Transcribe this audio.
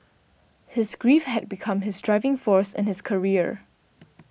his grief had become his driving force in his career